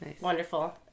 wonderful